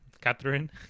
Catherine